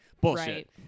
bullshit